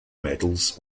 medals